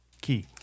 Key